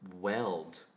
weld